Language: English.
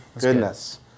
Goodness